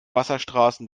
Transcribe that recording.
wasserstraßen